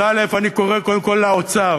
אז אני קורא קודם כול לאוצר